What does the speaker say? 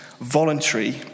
voluntary